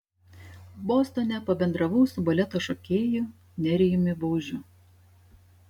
bostone pabendravau su baleto šokėju nerijumi baužiu